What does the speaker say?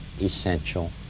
essential